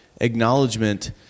acknowledgement